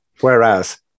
Whereas